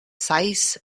size